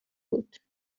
بود